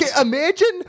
imagine